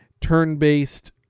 turn-based